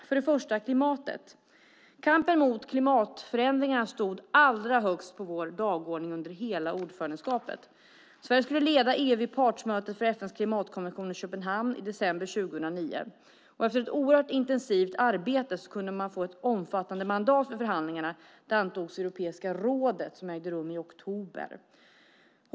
För det första klimatet: Kampen mot klimatförändringar stod allra högst på vår dagordning under hela ordförandeskapet. Sverige skulle leda EU vid partsmötet för FN:s klimatkonvention i Köpenhamn i december 2009. Efter ett mycket intensivt arbete kunde man få ett omfattande mandat för förhandlingarna. Det antogs i Europeiska rådet i oktober.